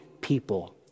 people